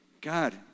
God